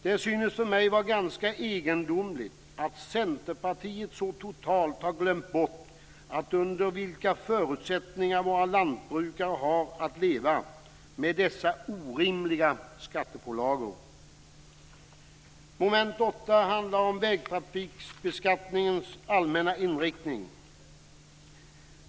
Det synes för mig vara ganska egendomligt att Centerpartiet så totalt har glömt bort under vilka förutsättningar våra lantbrukare har att leva, med dessa orimliga skattepålagor. Mom. 8 handlar om vägtrafikbeskattningens allmänna inriktning.